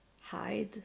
hide